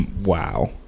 wow